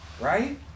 right